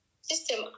system